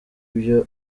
ibyo